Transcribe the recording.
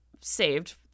saved